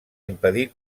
impedir